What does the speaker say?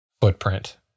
footprint